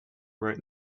right